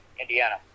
Indiana